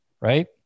right